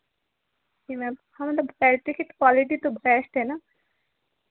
जी ma'am हाँ मतलब battery की क्वालिटी तो बेस्ट है ना